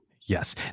Yes